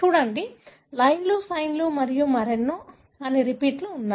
చూడండి LINE లు SINE లు మరియు మరెన్నో అనే రిపీట్లు ఉన్నాయి